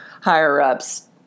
higher-ups